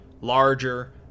larger